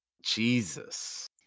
Jesus